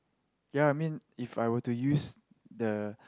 ya I mean if I were to use the